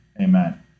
amen